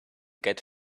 get